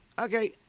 Okay